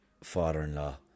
father-in-law